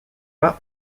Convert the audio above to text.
pas